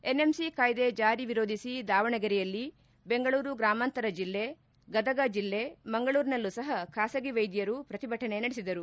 NMC ಕಾಯ್ದೆ ಜಾರಿ ವಿರೋಧಿಸಿ ದಾವಣಗೆರೆ ಬೆಂಗಳೂರು ಗ್ರಾಮಾಂತರ ಬೆಲ್ಲೆ ಗದಗ ಮಂಗಳೂರಿನಲ್ಲೂ ಸಹ ಖಾಸಗಿ ವೈದ್ಯರು ಪ್ರತಿಭಟನೆ ನಡೆಸಿದರು